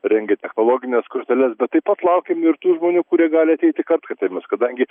rengia technologines korteles bet taip pat laukiam ir tų žmonių kurie gali ateit tik kartkartėmis kadangi